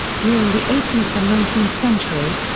during the eighteenth nineteenth centuries,